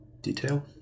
detail